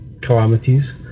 calamities